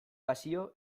pasio